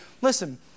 Listen